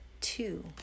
two